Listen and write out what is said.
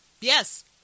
Yes